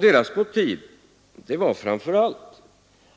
Deras motiv var framför allt